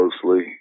closely